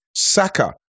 Saka